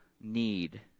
need